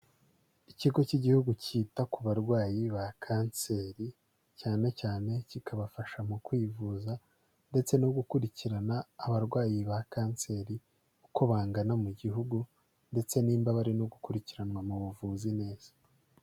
Ikigo cy'igihugu cyita ku barwayi ba kanseri, cyane cyane kikabafasha mu kwivuza, ndetse no gukurikirana abarwayi ba kanseri uko bangana mu gihugu, ndetse nimba bari no gukurikiranwa mu buvuzi neza.